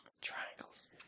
Triangles